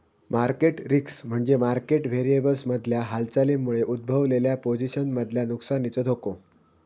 market risk म्हणजे market व्हेरिएबल्समधल्या हालचालींमुळे उद्भवलेल्या पोझिशन्समधल्या नुकसानीचो धोको